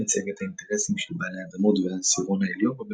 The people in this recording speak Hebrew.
דיים ייצג את האינטרסים של בעלי האדמות והעשירון העליון במדינה,